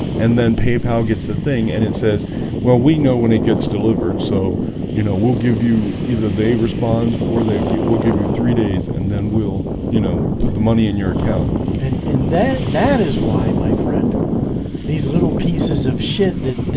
and then paypal gets the thing and it says well, we know when it gets delivered. so you know we'll give you either they respond or they get we'll give you three days and then we'll you know put the money in your account and and that that is why my friend these little pieces of shit that